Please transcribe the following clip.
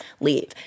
leave